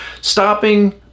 stopping